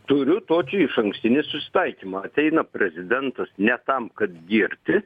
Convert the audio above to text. turiu tokį išankstinį susitaikymą ateina prezidentas ne tam kad girti